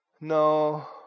no